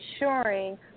ensuring